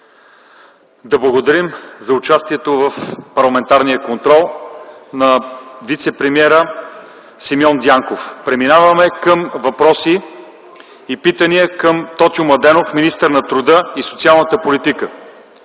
Да благодарим за участието в парламентарния контрол на вицепремиера Симеон Дянков. Преминаваме към въпроси и питания към Тотю Младенов – министър на труда и социалната политика.